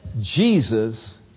Jesus